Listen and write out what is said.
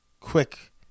quick